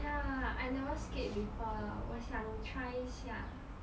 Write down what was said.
ya I never skate before 我想 try 一下